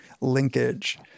linkage